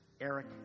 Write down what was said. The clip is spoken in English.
Eric